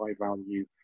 high-value